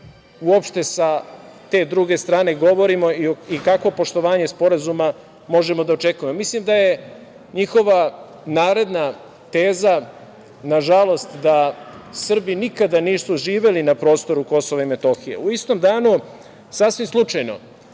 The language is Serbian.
uopšte sa te druge strane govorimo i kakvo poštovanja sporazuma možemo da očekujemo. Mislim da je njihova naredna teza nažalost da Srbi nikada nisu živeli na prostoru KiM. U istom danu, sasvim slučajno,